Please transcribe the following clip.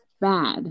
bad